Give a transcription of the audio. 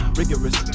rigorous